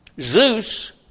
Zeus